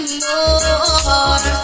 more